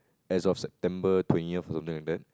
as of September twentieth of something like that